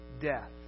death